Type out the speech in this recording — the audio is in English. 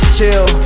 Chill